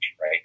right